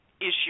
issue